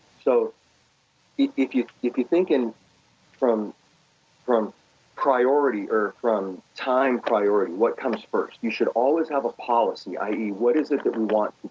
so if you if you thinking from from priority, or from time priority, what comes first? you should always have a policy, i e, what is it that we want